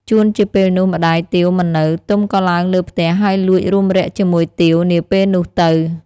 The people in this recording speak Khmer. ជួនជាពេលនោះម្តាយទាវមិននៅ ទុំក៏ឡើងលើផ្ទះហើយលួចរួមរ័ក្សជាមួយទាវនាពេលនោះទៅ ។